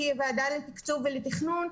שהיא ועדה לתקצוב ותכנון,